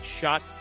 shot